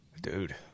Dude